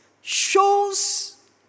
shows